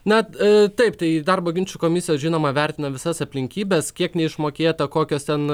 na taip tai darbo ginčų komisijos žinoma vertina visas aplinkybes kiek neišmokėta kokios ten